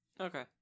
Okay